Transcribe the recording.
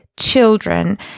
children